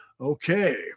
Okay